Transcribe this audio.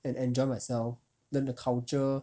and enjoy myself then the culture